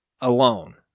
Alone